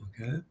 Okay